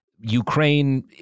Ukraine